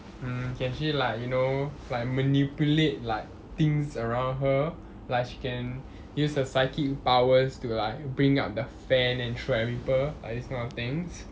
mm can she like you know like manipulate like things around her like she can use her psychic powers to like bring up the fan and throw at people like this kind of things